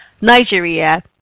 Nigeria